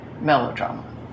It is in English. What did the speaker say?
melodrama